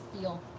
feel